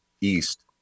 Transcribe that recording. east